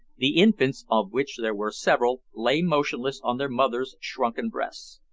the infants, of which there were several, lay motionless on their mothers' shrunken breasts.